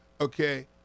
okay